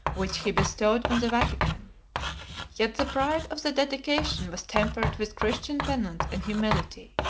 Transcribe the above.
which he bestowed on the vatican yet the pride of the dedication was tempered with christian penance and humility.